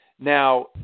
Now